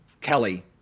Kelly